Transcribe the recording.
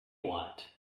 want